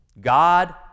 God